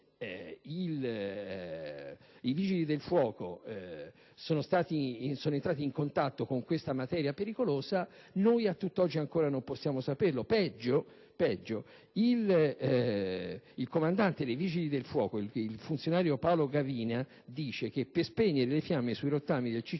i vigili del fuoco sono entrati in contatto con questa materia pericolosa, noi, a tutt'oggi, ancora non possiamo saperlo; peggio ancora, il comandante dei vigili del fuoco, il funzionario Paolo Gavina, riferisce che per spegnere le fiamme tra i rottami del C-130J